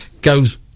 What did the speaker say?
goes